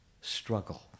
struggle